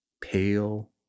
pale